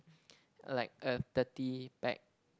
like a thirty pack